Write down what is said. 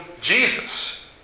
Jesus